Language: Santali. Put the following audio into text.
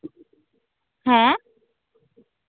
ᱦᱮᱸ